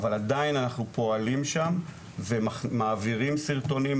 אבל עדיין אנחנו פועלים שם ומעבירים סרטונים,